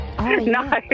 No